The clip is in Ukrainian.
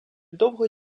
довго